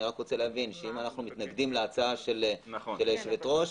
אם אנחנו מתנגדים להצעה של היושבת-ראש,